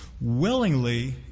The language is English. willingly